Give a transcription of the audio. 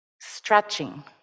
stretching